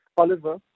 Oliver